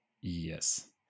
yes